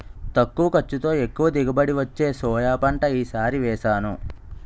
తక్కువ ఖర్చుతో, ఎక్కువ దిగుబడి వచ్చే సోయా పంట ఈ సారి వేసాను